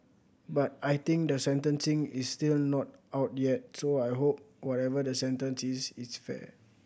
but I think the sentencing is still not out yet so I hope whatever the sentence is it's fair